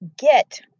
get